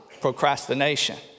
procrastination